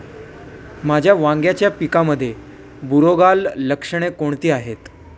माझ्या वांग्याच्या पिकामध्ये बुरोगाल लक्षणे कोणती आहेत?